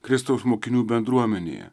kristaus mokinių bendruomenėje